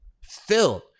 filled